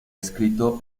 escrito